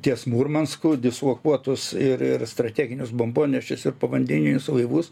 ties murmansku dislokuotus ir ir strateginius bombonešius ir povandeninius laivus